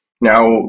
Now